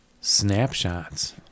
snapshots